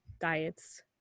diets